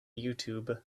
youtube